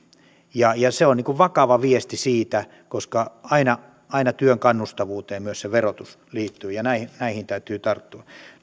se on vakava viesti koska aina aina työn kannustavuuteen myös se verotus liittyy ja näihin näihin täytyy tarttua